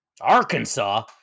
Arkansas